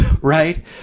right